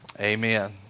amen